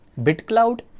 BitCloud